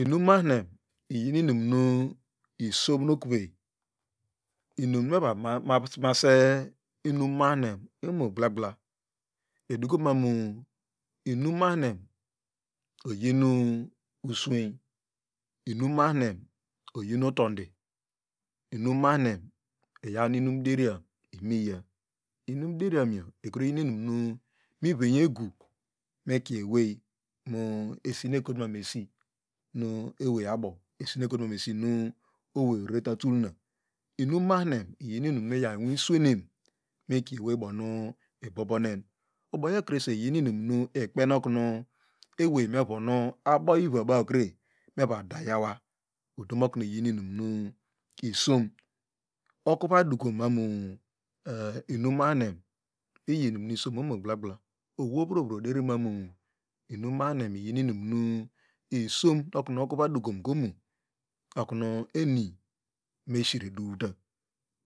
Inumahine iyi inu isomnokwa inimum meva mase ino gblagbla edokimamu inumahine ojin usweingo inumahine ojin utondi inumahine iyaw nu inundima uyea inumdenam ikri yin inim nu mivenye egu mekrw awey nu esisen ekotumannah esi nu awey abo mekolutumanu awey erere ta tulna imimahine iyin inum migaw inwiewenem mikieowey ubomu ibobman ubayo krese iyiom inum nu ikpenoku ewey evon obo ivaba ukre me vo da yawa utomokunu iyini inumu isom okuva duko mami eh inumahine iyi inumnu isom ko okun okuva do kinka imo okunu eni meshiredita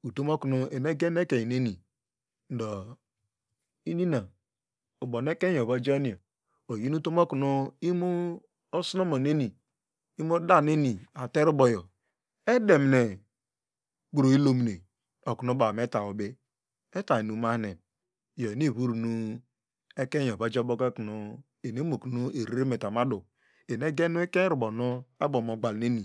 utomokunu eniege nder ekanyneni ndo inina ubo nu ekeinyo ovojanio oyin utomokuno eniegende ekanyneni ndo inina ubo nu ekeinyo ovojanio oyin utomokuno imo osnomoneni imo daneni ateriboyo edenine kpro idomine okunu baw meta ubi eta inumahine iyonuvum ekeiny ovojake bokim eni eno kime erer meta madu enigien ikany tnu abomogalneni.